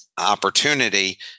opportunity